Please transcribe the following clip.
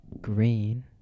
Green